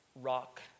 rock